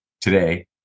today